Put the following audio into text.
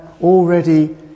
already